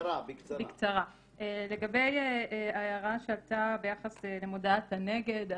לגבי ההערה ביחס למודעת הנגד,